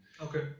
okay